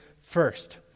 first